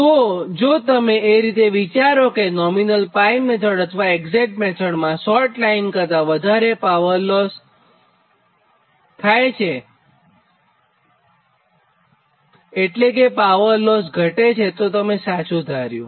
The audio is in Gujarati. તો જો તમે એ રીતે વિચારોકે નોમિનલ 𝜋 અથવા એક્ઝેટ મેથડમાં શોર્ટ લાઇન કરતાં પાવર લોસ ઓછો છે તો તમે સાચું ધાર્યું